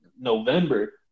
November